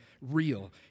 real